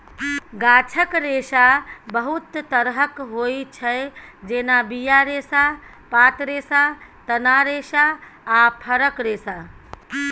गाछक रेशा बहुत तरहक होइ छै जेना बीया रेशा, पात रेशा, तना रेशा आ फरक रेशा